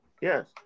Yes